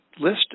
list